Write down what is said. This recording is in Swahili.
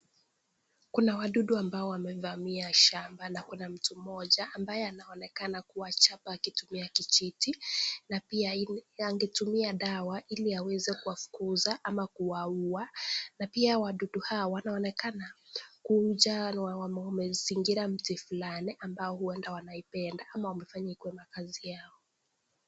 Kuna wadudu ambao wamevamia shamba na kuna mtu mmoja ambaye anaonekana kuwachapa akitumia kijiti na pia nagetumia dawa ili aweze kuwafukuza ama kuwaua na pia wadudu hawa wanaonekana kuja na wamezingira mti fulani ambao huenda wanaipenda ama wamefanya ikuwe makazi yao.